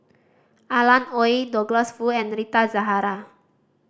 Alan Oei Douglas Foo and Rita Zahara